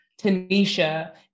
Tanisha